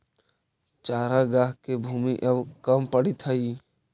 चरागाह के भूमि अब कम पड़ीत हइ